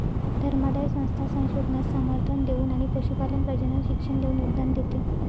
धर्मादाय संस्था संशोधनास समर्थन देऊन आणि पशुपालन प्रजनन शिक्षण देऊन योगदान देते